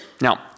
Now